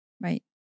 Right